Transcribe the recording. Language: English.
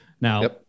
Now